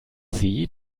sie